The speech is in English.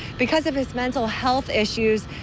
because of his mental health issues